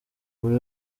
buri